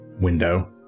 Window